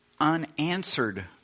Unanswered